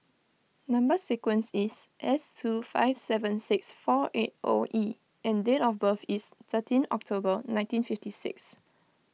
Number Sequence is S two five seven six four eight O E and date of birth is thirteen October nineteen fifty six